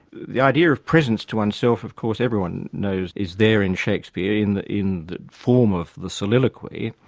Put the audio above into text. the idea of presence to oneself, of course, everyone knows is there in shakespeare, in the in the form of the soliloquy,